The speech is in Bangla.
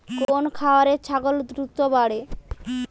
কোন খাওয়ারে ছাগল দ্রুত বাড়ে?